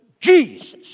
Jesus